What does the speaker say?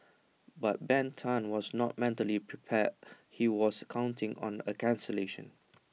but Ben Tan was not mentally prepared he was counting on A cancellation